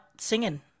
singing